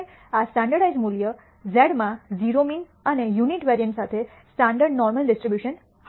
અને આ સ્ટૈન્ડર્ડાઇજ઼્ડ મૂલ્ય z માં 0 મીન અને યુનિટ વેરિઅન્સ સાથે સ્ટાન્ડર્ડ નોર્મલ ડિસ્ટ્રીબ્યુશન હશે